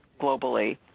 globally